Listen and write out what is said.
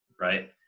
right